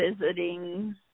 visiting